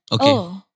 Okay